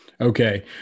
Okay